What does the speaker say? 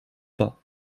pas